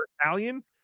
italian